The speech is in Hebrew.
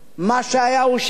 מה שהיה הוא שיהיה.